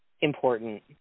important